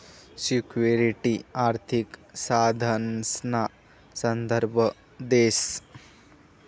security आर्थिक साधनसना संदर्भ देस